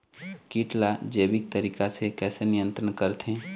कीट ला जैविक तरीका से कैसे नियंत्रण करथे?